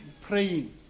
praying